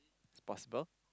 is possible